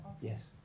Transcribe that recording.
Yes